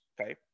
okay